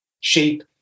shape